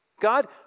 God